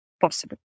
possible